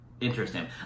Interesting